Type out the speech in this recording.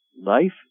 Life